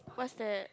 what's that